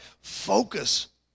focus